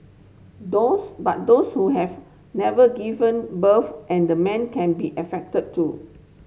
those but those who have never given birth and the men can be affected too